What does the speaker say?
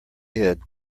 hid